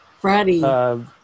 Freddie